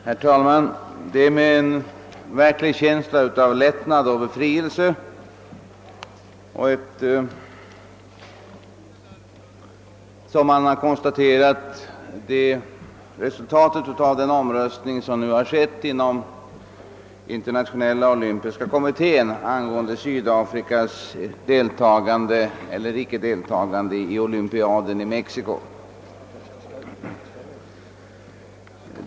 Herr talman! Det var med en känsla av verklig lättnad och befrielse som jag läste om resultatet av den omröstning som gjorts inom Internationella olympiska kommittén angående Sydafrikas deltagande i olympiaden i Mexico.